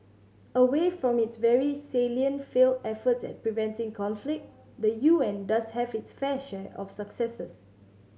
away from its very salient failed efforts at preventing conflict the U N does have its fair share of successes